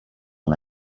una